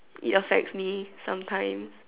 it affects me sometime